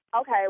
Okay